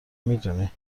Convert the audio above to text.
میدونی